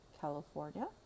California